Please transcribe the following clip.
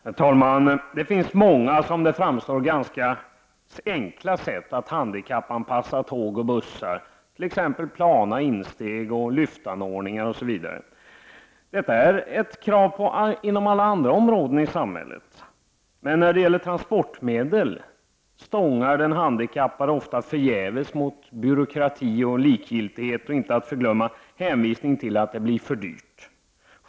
Herr talman! Det finns många sätt som framstår som ganska enkla när det gäller att handikappanpassa tåg och bussar, t.ex. genom att inrätta plana insteg, lyftanordningar osv. Detta är ett krav som gäller för alla andra områden i samhället, men när det gäller transportmedel stångar den handikappade ofta förgäves mot byråkrati, likgiltighet och, inte att förglömma, hänvisningar till att det blir för dyrt.